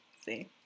See